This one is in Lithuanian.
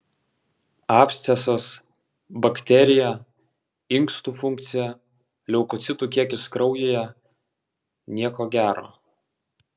abscesas bakterija inkstų funkcija leukocitų kiekis kraujyje nieko gero